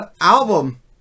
album